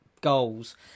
goals